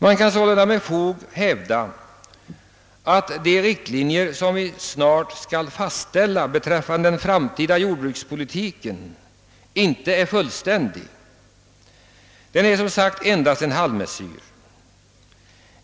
Man kan sålunda med fog hävda att de riktlinjer som vi snart skall fastställa beträffande den framtida jordbrukspolitiken inte är fullständiga; de utgör som sagt endast en halvmesyr.